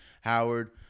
Howard